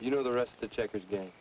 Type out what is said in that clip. you know the rest of the checkers game